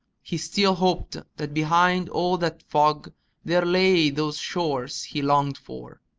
he still hoped that behind all that fog there lay those shores he longed for.